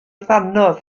ddannoedd